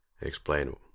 explain